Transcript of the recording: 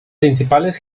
principales